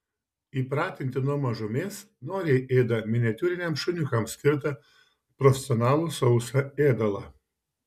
įpratinti nuo mažumės noriai ėda miniatiūriniams šuniukams skirtą profesionalų sausą ėdalą